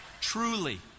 truly